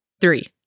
three